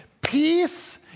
Peace